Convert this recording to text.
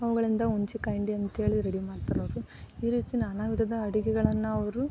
ಅವುಗಳಿಂದ ಹುಣ್ಸಿಕಾಯಿ ಹಿಂಡಿ ಅಂಥೇಳಿ ರೆಡಿ ಮಾಡ್ತಾರವರು ಈ ರೀತಿ ನಾನಾ ವಿಧದ ಅಡುಗೆಗಳನ್ನ ಅವರು